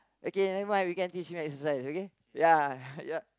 okay never mind we can teach him exercise okay ya yup